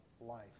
life